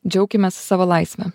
džiaukimės savo laisve